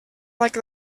like